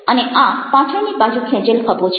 અને આ પાછળની બાજુ ખેંચેલ ખભો છે